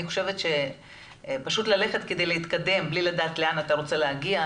אני חושבת שפשוט ללכת כדי להתקדם בלי לדעת לאן אתה רוצה להגיע,